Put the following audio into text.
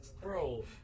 Bro